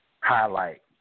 Highlight